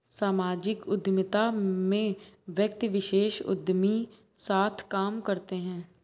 सामाजिक उद्यमिता में व्यक्ति विशेष उदयमी साथ काम करते हैं